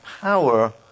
power